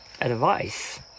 Advice